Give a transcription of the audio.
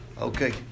Okay